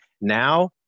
now